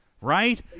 right